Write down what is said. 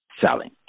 selling